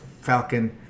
Falcon